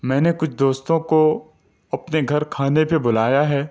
میں نے کچھ دوستوں کو اپنے گھر کھانے میں بلایا ہے